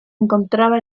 encontraba